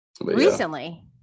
Recently